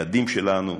הילדים שלנו,